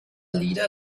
leader